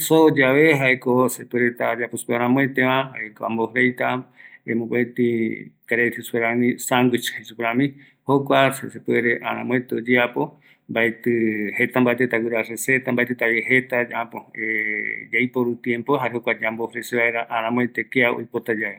supeva, maetɨmbate jepɨ oyeapo vaera, jare mbaetɨ yavai aramoete pegua